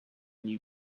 new